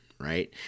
Right